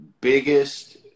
biggest